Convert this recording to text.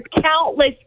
countless